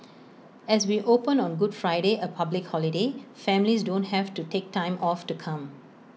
as we open on good Friday A public holiday families don't have to take time off to come